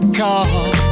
call